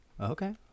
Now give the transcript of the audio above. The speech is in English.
Okay